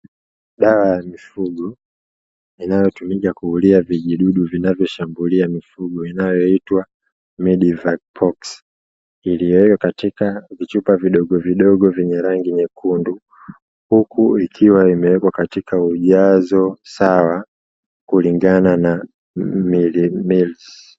Dawa ya mifugo inayotumika kuulia vijidudu vinavyoshambulia mifugo, inayoitwa “MEDIVAL POX” iliyowekwa katika vichupa vidogo vidogo vyenye rangi nyekundu. Huku ikiwa imewekwa katika ujazo sawa kulingana na “MILLS”.